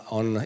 on